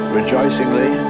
rejoicingly